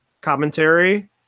commentary